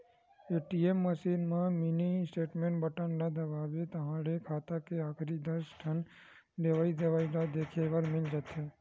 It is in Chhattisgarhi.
ए.टी.एम मसीन म मिनी स्टेटमेंट बटन ल दबाबे ताहाँले खाता के आखरी दस ठन लेवइ देवइ ल देखे बर मिल जाथे